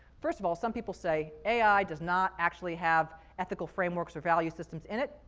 first of all, some people say, ai does not actually have ethical frameworks or value systems in it.